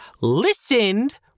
listened